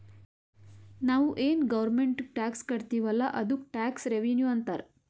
ನಾವು ಏನ್ ಗೌರ್ಮೆಂಟ್ಗ್ ಟ್ಯಾಕ್ಸ್ ಕಟ್ತಿವ್ ಅಲ್ಲ ಅದ್ದುಕ್ ಟ್ಯಾಕ್ಸ್ ರೆವಿನ್ಯೂ ಅಂತಾರ್